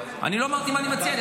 אני לא אמרתי מה אני מציע,